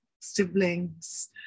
siblings